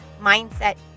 mindset